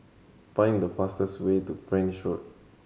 find the fastest way to French Road